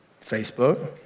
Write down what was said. Facebook